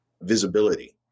Visibility